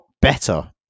better